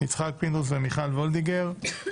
יצחק פינדרוס ומיכל וולדיגר.